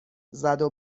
زدو